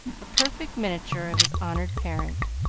a perfect miniature of his honored parent,